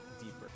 deeper